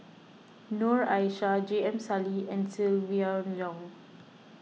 Noor Aishah J M Sali and Silvia Yong